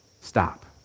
Stop